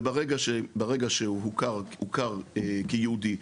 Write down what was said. וברגע שהוכר כיהודי,